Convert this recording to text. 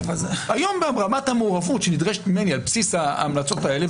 היום ברמת המעורבות שנדרשת ממני על בסיס ההמלצות האלה,